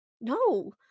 No